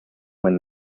when